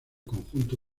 conjunto